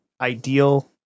ideal